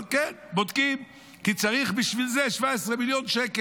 אבל כן, בודקים, כי צריך בשביל זה 17 מיליון שקל.